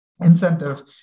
incentive